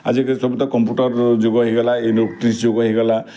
ଆଜିକାଲି ତ ସବୁ କମ୍ପ୍ୟୁଟର୍ ଯୁଗ ହେଇଗଲା ଇଲେଟ୍ରିକ୍ସ୍ ଯୁଗ ହେଇଗଲା